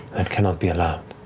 that cannot be allowed.